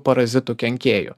parazitų kenkėjų